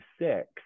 six